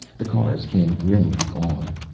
the cars came grimly on.